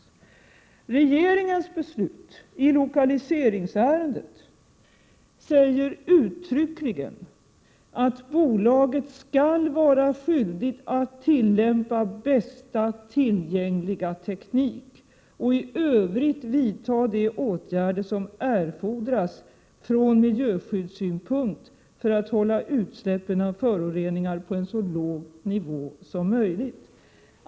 I regeringens beslut i lokaliseringsärendet sägs uttryckligen att bolaget skall vara skyldigt att tillämpa bästa tillgängliga teknik och i övrigt vidta de åtgärder som erfordras från miljöskyddssynpunkt för att hålla utsläppen av 65 föroreningar på en så låg nivå som möjligt.